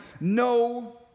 no